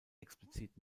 explizit